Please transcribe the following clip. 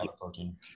protein